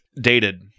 Dated